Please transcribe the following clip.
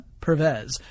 Pervez